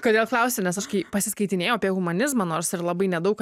kodėl klausiu nes aš kai pasiskaitinėjau apie humanizmą nors ir labai nedaug